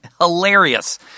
hilarious